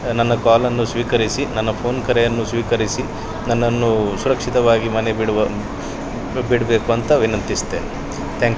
ನನ್ನ ಕಾಲನ್ನು ಸ್ವೀಕರಿಸಿ ನನ್ನ ಫೋನ್ ಕರೆಯನ್ನು ಸ್ವೀಕರಿಸಿ ನನ್ನನ್ನು ಸುರಕ್ಷಿತವಾಗಿ ಮನೆಗೆ ಬಿಡುವ ನೀವು ಬಿಡಬೇಕು ಅಂತ ವಿನಂತಿಸ್ತೇನೆ ಥ್ಯಾಂಕ್ ಯು